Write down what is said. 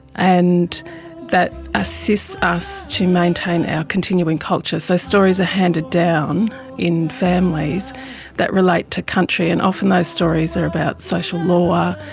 and that assists us to maintain our continuing culture. so stories are ah handed down in families that relate to country, and often those stories are about social law.